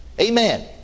Amen